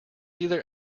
either